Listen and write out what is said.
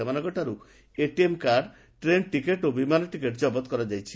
ସେମାନଙ୍ଙଠାରୁ ATM card train ticket ଓ ବିମାନ ticket ଜବତ କରାଯାଇଛି